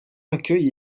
accueille